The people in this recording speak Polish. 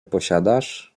posiadasz